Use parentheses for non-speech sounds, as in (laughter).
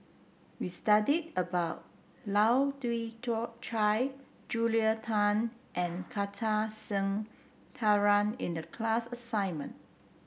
we studied about Lai Kew (unintelligible) Chai Julia Tan and Kartar Singh Thakral in the class assignment